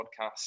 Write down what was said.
Podcast